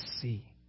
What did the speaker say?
see